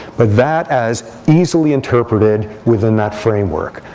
but that as easily interpreted within that framework.